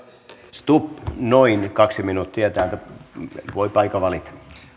stubb noin kaksi minuuttia voi paikan valita